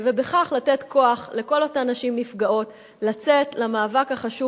ובכך לתת כוח לכל אותן נשים נפגעות לצאת למאבק החשוב